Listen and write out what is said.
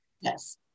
Yes